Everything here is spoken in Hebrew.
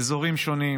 באזורים שונים.